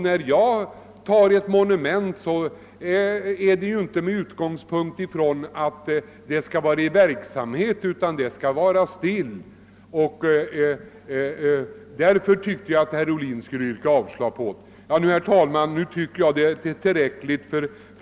När jag talar om ett monument tänker jag mig inte någonting som är i verksamhet, utan det skall vara stilla. Därför tycker jag att herr Ohlin skall yrka avslag på propositionen. Herr talman!